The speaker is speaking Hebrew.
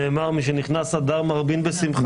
שנאמר משנכנס אדר מרבין בשמחה'.